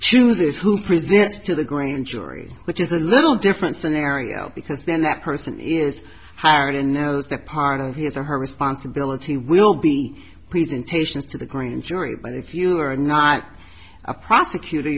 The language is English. susie's who presents to the grand jury which is a little different scenario because then that person is hired and knows that part of his or her responsibility will be presentations to the grand jury but if you are not a prosecutor